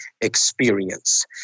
Experience